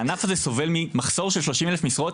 הענף הזה סובל ממחסור של שלושים אלף משרות,